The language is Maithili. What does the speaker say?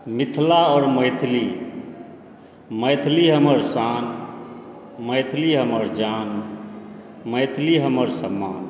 मिथिला आओर मैथिली मैथिली हमर शान मैथिली हमर जान मैथिली हमर सम्मान